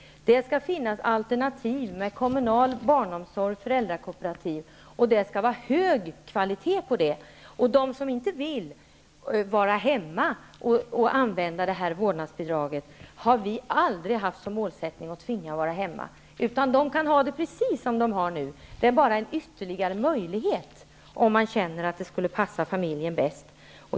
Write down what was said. Det skall finnas alternativ med kommunal barnomsorg och föräldrakooperativ, och det skall vara hög kvalitet på de alternativen. Vi har aldrig haft som målsättning att tvinga dem som inte vill utnyttja vårdnadsbidraget till att vara hemma att vara det. De kan ha det precis så som det har det nu. Detta blir bara en ytterligare möjlighet, om man känner att det skulle passa familjen bäst.